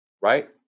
right